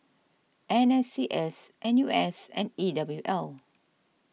N S C S N U S and E W L